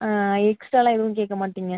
ஆ எக்ஸ்ட்ராவெலாம் எதுவும் கேட்க மாட்டீங்க